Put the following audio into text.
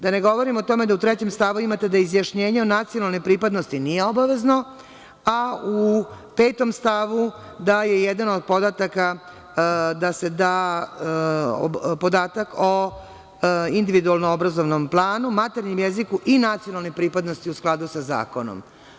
Da ne govorimo o tome da u stavu 3. imate da izjašnjenje o nacionalnoj pripadnosti nije obavezno, a u stavu 5. da je jedan od podataka da se da podatak o individualno obrazovnom planu, maternjem jeziku i nacionalnoj pripadnosti u skladu sa zakonom.